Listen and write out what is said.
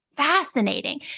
Fascinating